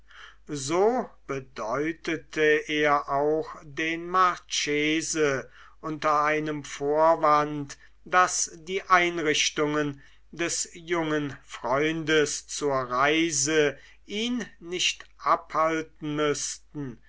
so bedeutete er auch den marchese unter einem vorwand daß die einrichtungen des jungen freundes zur reise ihn nicht abhalten müßten